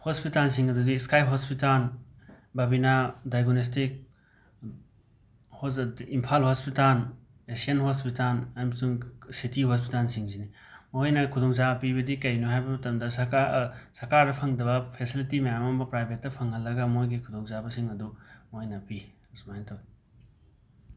ꯍꯣꯁꯄꯤꯇꯥꯜꯁꯤꯡ ꯑꯗꯨꯗꯤ ꯏꯁꯀꯥꯏ hospital Babina diagnostics Imphal hospital Asian hospital ꯑꯃꯁꯨꯡ ꯁꯤꯇꯤ ꯍꯣꯁꯄꯤꯇꯥꯜꯁꯤꯡꯁꯤꯅꯤ ꯃꯣꯏꯅ ꯈꯨꯗꯣꯡꯆꯥꯕ ꯄꯤꯕꯗꯤ ꯀꯩꯅꯣ ꯍꯥꯏꯕ ꯃꯇꯝꯗ ꯁꯔꯀꯥꯔꯗ ꯐꯪꯗꯕ ꯐꯦꯁꯤꯂꯤꯇꯤ ꯃꯌꯥꯝ ꯑꯃ ꯄ꯭ꯔꯥꯏꯚꯦꯠꯇ ꯐꯪꯍꯜꯂꯒ ꯃꯣꯏꯒꯤ ꯈꯨꯗꯣꯡꯆꯥꯕꯁꯤꯡ ꯑꯗꯨ ꯃꯣꯏꯅ ꯄꯤ ꯁꯨꯃꯥꯏꯅ ꯇꯧꯋꯤ